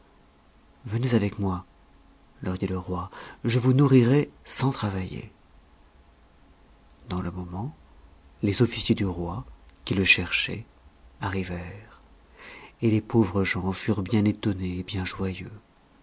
venez avec moi leur dit le roi je vous nourrirai sans travailler dans le moment les officiers du roi qui le cherchaient arrivèrent et les pauvres gens furent bien étonnés et bien joyeux